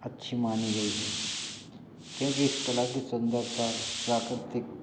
अच्छी मानी गई है क्योंकि इस कला की सुंदरता प्राकृतिक